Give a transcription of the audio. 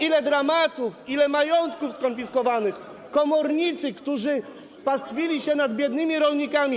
Ile dramatów, ile majątków skonfiskowanych, komornicy, którzy pastwili się nad biednymi rolnikami.